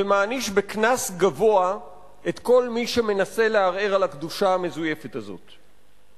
ומעניש בקנס גבוה את כל מי שמנסה לערער על הקדושה המזויפת הזאת.